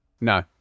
no